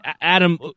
Adam